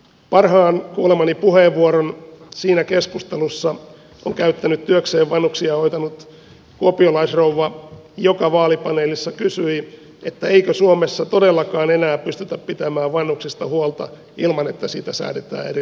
parhaan kuulemani puheenvuoron siinä keskustelussa on käyttänyt työkseen vanhuksia hoitanut kuopiolaisrouva joka vaalipaneelissa kysyi eikö suomessa todellakaan enää pystytä pitämään vanhuksista huolta ilman että siitä säädetään erillinen laki